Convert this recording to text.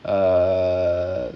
uh